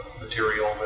material